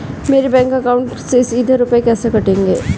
मेरे bank account से सीधे रुपए कैसे कटेंगे?